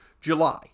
July